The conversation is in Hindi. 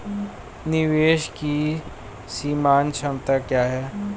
निवेश की सीमांत क्षमता क्या है?